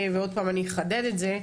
ועוד פעם אני אחדד את זה,